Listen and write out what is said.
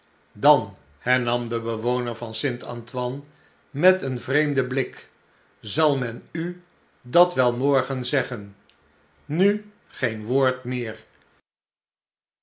dan hernam de bewoner van s t a ntoin e met een vreemden blik zal men u dat wel morgen zeggen nu geen woord meer